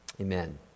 Amen